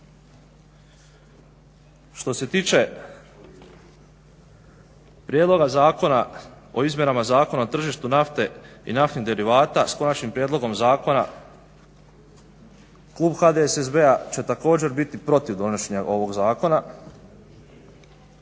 Što se tiče prijedloga zakona o izmjenama zakona o tržištu nafte i naftnih derivata s Konačnim prijedlogom zakona Klub HDSSB-a će također biti protiv donošenja ovog zakona